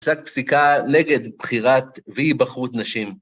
פסק פסיקה נגד בחירת, ואי היבחרות נשים.